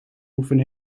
oefen